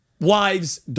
Wives